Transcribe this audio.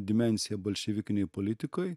dimensiją bolševikinėj politikoj